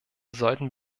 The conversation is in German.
sollten